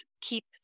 keep